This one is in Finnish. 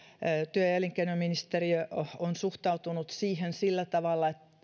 työ ja elinkeinoministeriö on suhtautunut sillä tavalla että